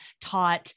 taught